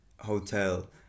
hotel